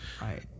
Right